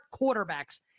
quarterbacks